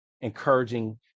encouraging